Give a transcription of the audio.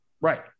Right